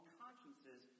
consciences